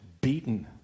beaten